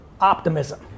optimism